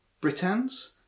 Britons